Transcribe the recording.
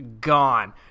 gone